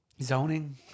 Zoning